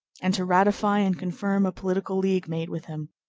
and to ratify and confirm a political league made with him.